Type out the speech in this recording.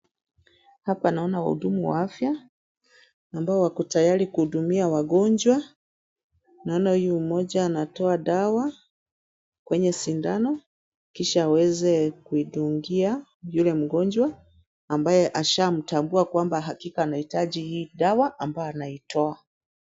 Hapa naona wahudumu wa afya, ambao wako tayari kuhudumia wagonjwa. Naona huyu mmoja anatoa dawa, kwenye sindano, kisha aweze kuidungia yule mgonjwa, ambaye ashamtambua kwamba hakika anahitaji hii dawa ambayo anaitoa.